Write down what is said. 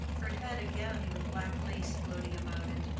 her head again with black lace floating about it,